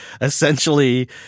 essentially